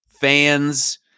fans